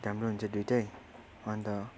राम्रो हुन्छ दुइटै अन्त